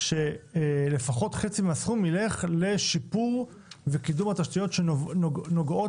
שלפחות חצי מהסכום יילך לשיפור וקידום התשתיות שנוגעות